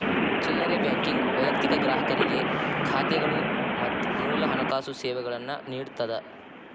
ಚಿಲ್ಲರೆ ಬ್ಯಾಂಕಿಂಗ್ ವೈಯಕ್ತಿಕ ಗ್ರಾಹಕರಿಗೆ ಖಾತೆಗಳು ಮತ್ತ ಮೂಲ ಹಣಕಾಸು ಸೇವೆಗಳನ್ನ ನೇಡತ್ತದ